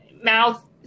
mouth